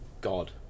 God